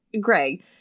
greg